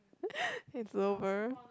it's over